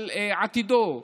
על עתידו,